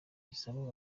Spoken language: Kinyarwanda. isaba